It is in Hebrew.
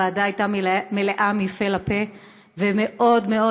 הוועדה הייתה מלאה מפה לפה, ומאוד מאוד